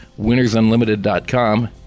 winnersunlimited.com